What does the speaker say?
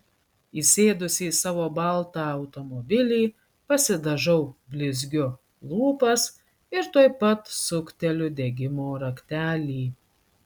įsėdusi į savo baltą automobilį pasidažau blizgiu lūpas ir tuoj pat sukteliu degimo raktelį